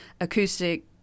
acoustic